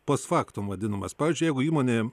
post factum vadinamas pavyzdžiui jeigu įmonė